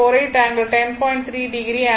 3o ampere